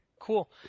Cool